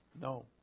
No